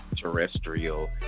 terrestrial